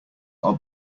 are